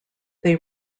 they